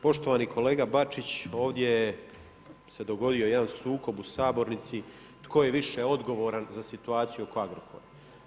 Poštovani kolega BAčić, ovdje se dogodio jedan sukob u sabornici tko je više odgovoran za situaciju oko Agrokora.